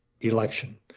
Election